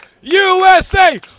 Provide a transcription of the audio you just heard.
USA